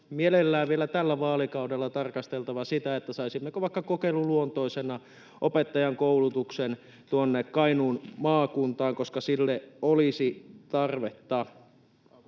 mielellään vielä tällä vaalikaudella — on tarkasteltava sitä, että saisimmeko vaikka kokeiluluontoisena opettajankoulutuksen Kainuun maakuntaan, koska sille olisi tarvetta.